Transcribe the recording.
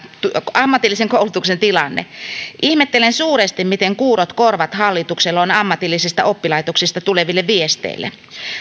ammatillisen koulutuksen tilanne ihmettelen suuresti miten kuurot korvat hallituksella on ammatillisista oppilaitoksista tuleville viesteille